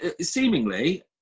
Seemingly